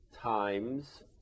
times